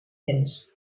temps